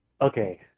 okay